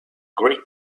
great